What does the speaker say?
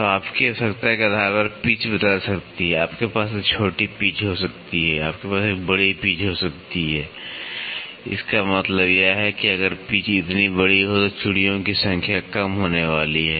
तो आपकी आवश्यकता के आधार पर पिच （pitch） बदल सकती है आपके पास एक छोटी पिच （pitch） हो सकती है आपके पास एक बड़ी पिच （pitch）हो सकती है इसका मतलब यह है कि अगर पिच （pitch） इतनी बड़ी है तो चूड़ियों की संख्या कम होने वाली है